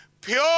Pure